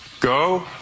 Go